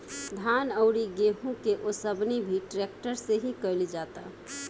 धान अउरी गेंहू के ओसवनी भी ट्रेक्टर से ही कईल जाता